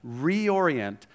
reorient